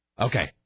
Okay